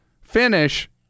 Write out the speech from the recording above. finish